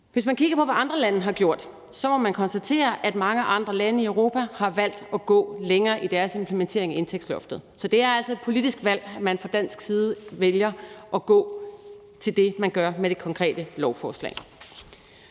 Hvis man kigger på, hvad andre lande har gjort, må man konstatere, at mange andre lande i Europa har valgt at gå længere i deres implementering af indtægtsloftet. Så det er altså et politisk valg, at man fra dansk side vælger at gå til det, man gør, med det konkrete lovforslag.